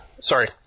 Sorry